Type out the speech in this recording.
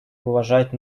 уважать